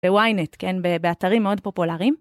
בוויינט, כן, באתרים מאוד פופולריים.